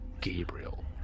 Gabriel